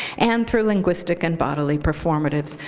and through linguistic and bodily performatives.